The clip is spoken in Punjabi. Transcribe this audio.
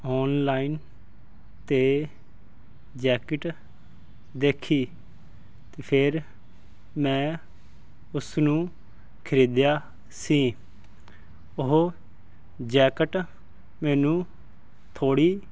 ਔਨਲਾਈਨ 'ਤੇ ਜੈਕਟ ਦੇਖੀ ਅਤੇ ਫੇਰ ਮੈਂ ਉਸ ਨੂੰ ਖਰੀਦਿਆ ਸੀ ਉਹ ਜੈਕਟ ਮੈਨੂੰ ਥੋੜ੍ਹੀ